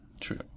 True